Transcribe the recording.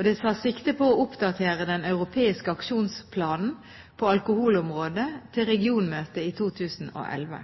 Det tas sikte på å oppdatere den europeiske aksjonsplanen på alkoholområdet til regionmøtet i 2011.